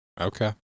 Okay